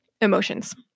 emotions